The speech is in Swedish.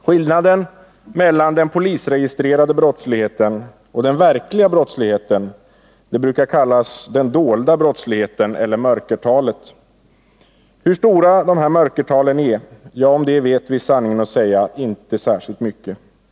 Skillnaden mellan den polisregistrerade brottsligheten och den verkliga brottsligheten brukar kallas den dolda brottsligheten eller mörkertalet. Sanningen att säga vet vi inte mycket om hur stora mörkertalen är.